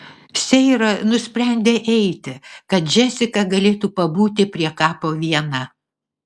seira nusprendė eiti kad džesika galėtų pabūti prie kapo viena